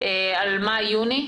על מאי יוני.